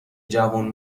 جوون